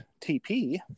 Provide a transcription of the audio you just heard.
TP